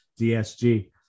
DSG